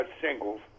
singles